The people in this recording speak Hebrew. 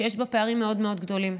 שיש בה פערים מאוד מאוד גדולים,